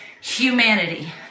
humanity